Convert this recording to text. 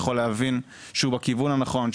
יכול להבין שהוא בכיוון הנכון,